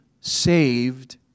saved